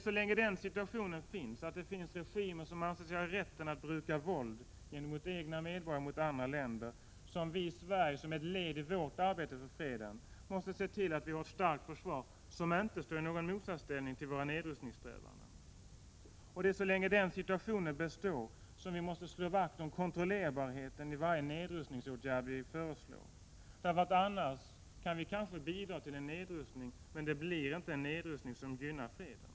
Så länge denna situation råder, så länge det finns regimer som anser sig ha rätt att bruka våld gentemot egna medborgare och andra länder, måste vi i Sverige som ett led i vårt arbete för freden också se till att vi har ett starkt försvar. Detta står inte i någon motsatsställning till våra nedrustningssträvanden. Så länge den situationen består måste vi slå vakt om kontrollerbarheten i varje nedrustningsåtgärd som vi föreslår. Annars kan vi kanske bidra till en nedrustning, men det blir inte en nedrustning som gynnar freden.